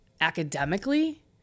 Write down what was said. academically